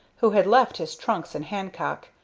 who had left his trunks in hancock,